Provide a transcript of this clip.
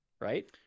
right